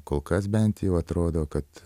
kol kas bent jau atrodo kad